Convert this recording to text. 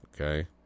okay